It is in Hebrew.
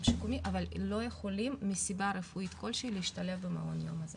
שיקומי אבל לא יכולים מסיבה רפואית כלשהי להשתלב במעון יום הזה